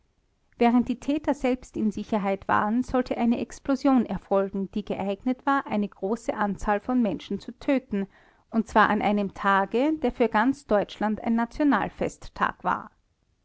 während die täter selbst in sicherheit waren sollte eine explosion erfolgen die geeignet war eine große anzahl von menschen zu töten und zwar an einem tage der für ganz deutschland ein nationalfesttag war